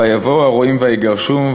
ויבאו הרעים ויגרשום.